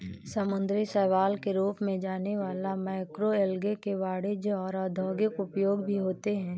समुद्री शैवाल के रूप में जाने वाला मैक्रोएल्गे के वाणिज्यिक और औद्योगिक उपयोग भी होते हैं